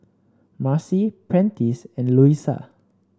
Marcy Prentice and Luisa